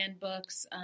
books